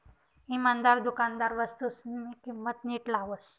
इमानदार दुकानदार वस्तूसनी किंमत नीट लावतस